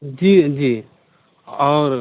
जी जी और